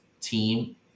team